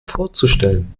vorzustellen